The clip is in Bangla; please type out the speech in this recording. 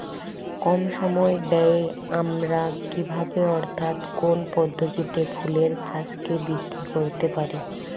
কম সময় ব্যায়ে আমরা কি ভাবে অর্থাৎ কোন পদ্ধতিতে ফুলের চাষকে বৃদ্ধি করতে পারি?